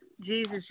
Jesus